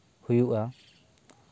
ᱦᱩᱭᱩᱜᱼᱟ